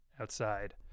outside